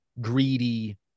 greedy